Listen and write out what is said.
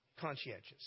conscientious